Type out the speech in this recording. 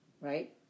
right